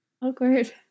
awkward